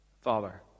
Father